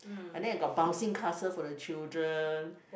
and then got bouncing castle for the children